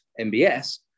MBS